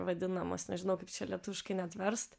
vadinamas nežinau kaip čia lietuviškai net verst